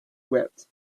wept